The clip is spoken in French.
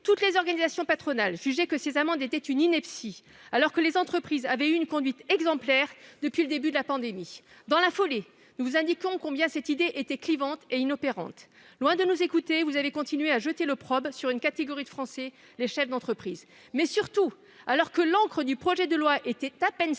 toutes les organisations patronales jugeaient que ces amendes étaient une ineptie, alors que les entreprises avaient eu une conduite exemplaire depuis le début de la pandémie. Dans la foulée, nous vous indiquions combien cette idée était clivante et inopérante. Loin de nous écouter, vous avez continué à jeter l'opprobre sur une catégorie de Français, les chefs d'entreprise ... Surtout, alors que l'encre du projet de loi était à peine